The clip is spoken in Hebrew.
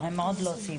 לא, הם עוד לא סיימו.